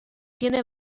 tiene